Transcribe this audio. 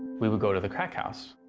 we would go to the crack house.